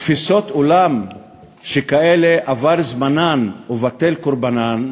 תפיסות עולם שכאלה עבר זמנן ובטל קורבנן,